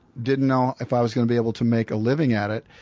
didn't know if i was going to be able to make a living at it,